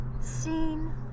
seen